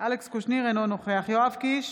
אינו נוכח יואב קיש,